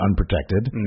unprotected